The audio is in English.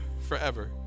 forever